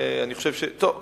טוב,